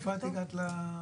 מאיפה הגעת?